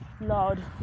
lord